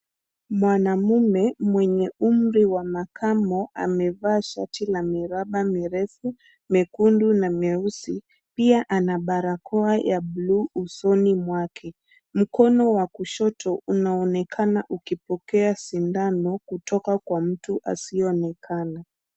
Mwanamume mwenye umri wa makamo, amevaa shati la miraba mirefu, mekundu na meusi, pia ana barakoa ya blue usoni mwake. Mkono wa kushoto unaonekana ukipokea sindano, kutoka kwa mtu asiye onekana.